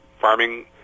farming